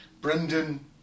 Brendan